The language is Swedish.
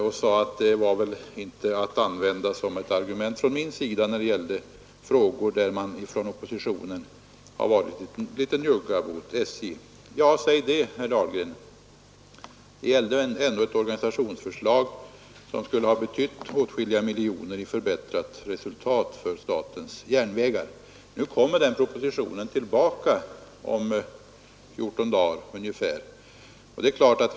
Han sade att den skulle jag inte använda som ett argument när det gällde frågor där man från oppositionen har varit litet njugg mot SJ. Ja, säg inte det, herr Dahlgren. Det gällde ändå ett organisationsförslag som skulle ha betytt åtskilliga miljoner i förbättrat resultat för statens järnvägar. Nu kommer den frågan tillbaka om ungefär 14 dagar.